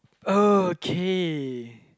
okay